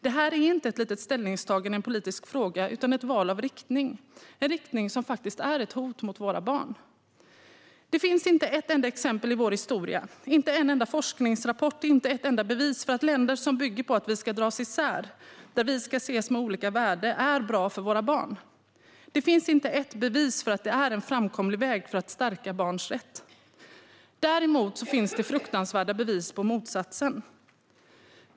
Det här är inte ett litet ställningstagande i en politisk fråga utan ett val av riktning. Det är en riktning som faktiskt är ett hot mot våra barn. Det finns inte ett enda exempel i vår historia - inte en enda forskningsrapport och inte ett enda bevis - på att länder som bygger på att vi ska dras isär och där vi ska ses med olika värde är bra för våra barn. Det finns inte ett bevis för att det är en framkomlig väg för att stärka barns rätt. Däremot finns det fruktansvärda bevis på motsatsen.